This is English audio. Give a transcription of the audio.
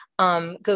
Go